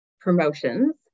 promotions